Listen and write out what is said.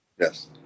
Yes